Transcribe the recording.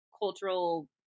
cultural